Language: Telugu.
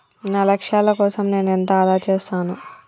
నా లక్ష్యాల కోసం నేను ఎంత ఆదా చేస్తాను?